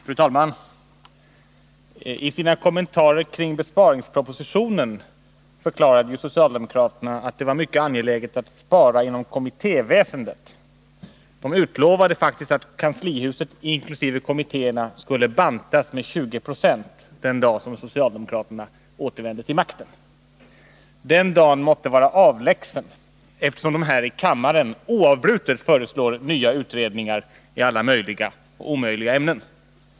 Fru talman! I sina kommentarer om besparingspropositionen förklarade ju socialdemokraterna att det var mycket angeläget att spara inom kommitté väsendet. De utlovade faktiskt att kanslihuset inkl. kommittéerna skulle bantas med 20 96 den dag socialdemokraterna återvände till makten. Den dagen måtte vara avlägsen, eftersom de här i kammaren oavbrutet föreslår nya utredningar i alla möjliga och omöjliga ämnen.